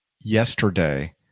yesterday